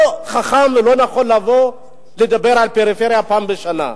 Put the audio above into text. לא חכם ולא נכון לבוא ולדבר על פריפריה פעם בשנה.